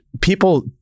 people